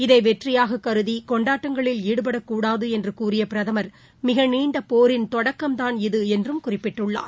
இதைவெற்றியாககருதிகொண்டாடங்களில் ஈடுபடக் கூடாதுஎன்றுகூறியபிரதமர் மிகநீண்டபோரின் தொடக்கம் தான் இது என்றுகுறிப்பிட்டுள்ளார்